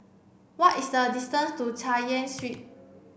what is the distance to Chay Yan Street